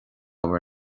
bhur